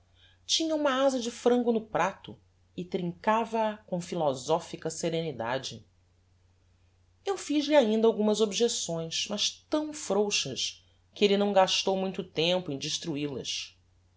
tinha uma aza de frango no prato e trincava a com philosophica serenidade eu fiz-lhe ainda alguma objecções mas tão frouxas que elle não gastou muito tempo em